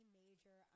major